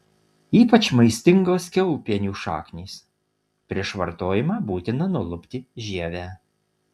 ypač maistingos kiaulpienių šaknys prieš vartojimą būtina nulupti žievę